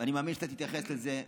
ואני מאמין שאתה תתייחס לזה,